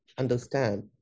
understand